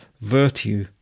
virtue